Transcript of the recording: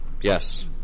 Yes